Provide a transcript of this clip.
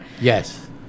Yes